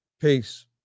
Peace